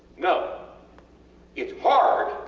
no its hard,